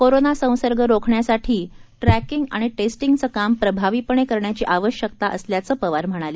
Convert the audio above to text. corona संसर्ग रोखण्यासाठी tracking आणि टेस्टींगचं काम प्रभावीपणे करण्याची आवश्यकता असल्याचं पवार यांनी सांगितलं